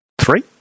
Three